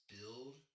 Build